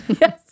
Yes